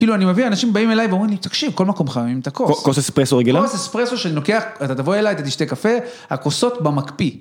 כאילו אני מבין, אנשים באים אליי ואומרים לי, תקשיב, כל מקום חייבים את הכוס. כוס אספרסו רגילה? כוס אספרסו שאני לוקח, אתה תבוא אליי, אתה תישתה קפה, הכוסות במקפיא.